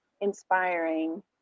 inspiring